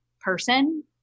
person